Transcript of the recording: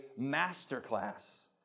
masterclass